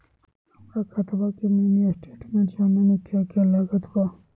हमरा खाता के मिनी स्टेटमेंट जानने के क्या क्या लागत बा?